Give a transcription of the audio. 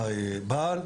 הבעל.